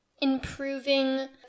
improving